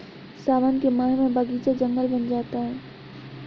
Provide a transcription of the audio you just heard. सावन के माह में बगीचा जंगल बन जाता है